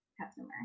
customer